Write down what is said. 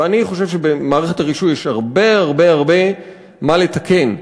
ואני חושב שבמערכת הרישוי יש הרבה הרבה הרבה מה לתקן.